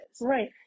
Right